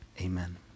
Amen